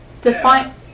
Define